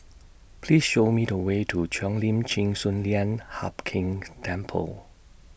Please Show Me The Way to Cheo Lim Chin Sun Lian Hup Keng's Temple